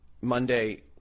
monday